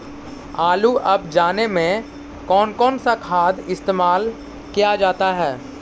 आलू अब जाने में कौन कौन सा खाद इस्तेमाल क्या जाता है?